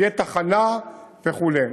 תהיה תחנה וכו'.